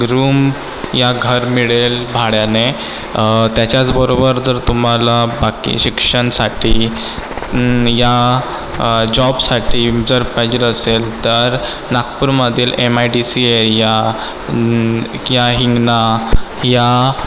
room या घर मिळेल भाड्याने त्याच्याच बरोबर जर तुम्हाला बाकी शिक्षणसाठी या जॉबसाठी जर पाहिजेल असेल तर नागपूरमधील M I D C area किंवा हिंगणा या